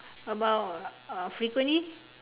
about uh frequently